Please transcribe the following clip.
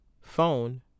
phone